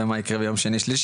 ומה יקרה ביום שני-שלישי,